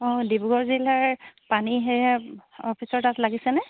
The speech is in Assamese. অঁ ডিব্ৰুগড় জিলাৰ পানী হেয়া অফিচৰ তাত লাগিছেনে